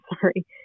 Sorry